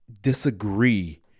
disagree